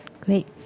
great